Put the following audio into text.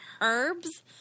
herbs